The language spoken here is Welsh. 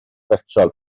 betrol